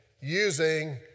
using